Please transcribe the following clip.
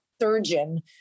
surgeon